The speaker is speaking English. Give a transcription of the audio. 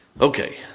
Okay